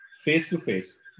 face-to-face